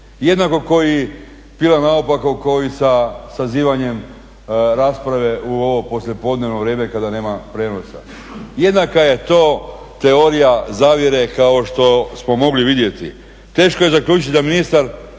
Jednako kao i pila naopako kao i sa sazivanjem rasprave u ovo poslijepodnevno vrijeme kada nema prijenosa. Jednaka je to teorija zavjere kao što smo mogli vidjeti. Teško je zaključiti da ministar